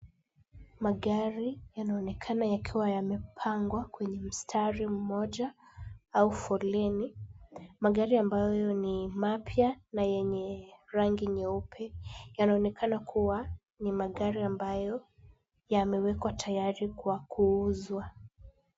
Magari yanoenekana yakiwa yamepangwa kwenye mstari mmoja au foleni, magari ambayo ni mapya na yenye rangi nyeupe. Yanaonekana kuwa ni magari ambayo yamewekwa tayari kwa kuuzwa.